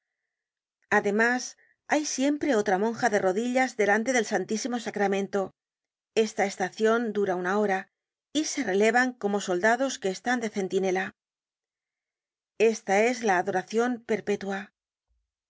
además hay siempre otra monja de rodillas delante del santísimo sacramento esta estacion dura una hora y se relevan como soldados que están de centinela esta es la adoracion perpetua